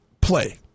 play